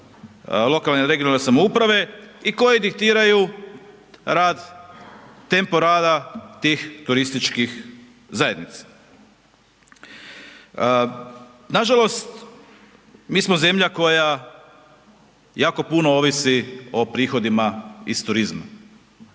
lokalne (regionalne) samouprave i koji diktiraju rad, tempo rada tih turističkih zajednica. Nažalost, mi smo zemlja koja jako puno ovisi o prihodima iz turizma